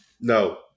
No